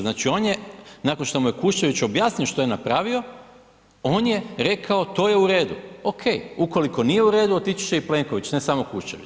Znači on je nakon što mu je Kuščević objasnio što je napravio on je rekao to je u redu, OK, ukoliko nije u redu otići će i Plenković, ne samo Kuščević.